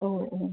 ഓ ഓ